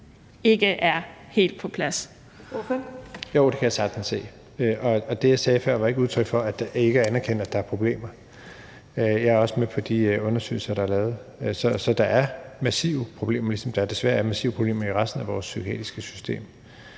Jeppe Bruus (S): Jo, det kan jeg sagtens se, og det, jeg sagde før, var ikke udtryk for, at jeg ikke anerkender, at der er problemer. Jeg er også med på, hvad der står i de undersøgelser, der er lavet. Så der er massive problemer, ligesom der desværre er massive problemer i resten af vores psykiatriske system.